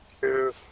two